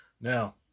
Now